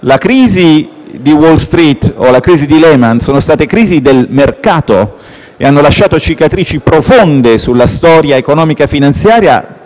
La crisi di Wall Street o della Lehman Brothers sono state crisi di mercato e hanno lasciato cicatrici profonde sulla storia economico-finanziaria